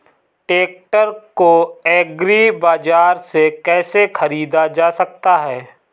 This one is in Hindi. ट्रैक्टर को एग्री बाजार से कैसे ख़रीदा जा सकता हैं?